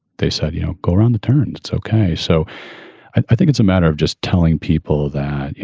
they said, you know, go around the turn, it's ok. so i think it's a matter of just telling people that, you